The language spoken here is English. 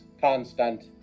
constant